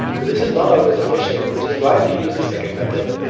but this is not always efficient which is why we use the second method.